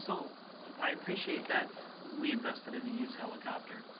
so i appreciate that we invested in a us helicopter,